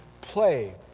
play